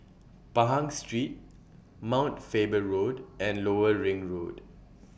Pahang Street Mount Faber Road and Lower Ring Road